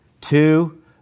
Two